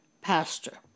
pastor